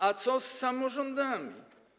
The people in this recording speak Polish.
A co z samorządami?